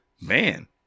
man